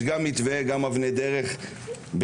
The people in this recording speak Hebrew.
יש גם מתווה וגם אבני דרך בכפוף